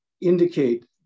indicate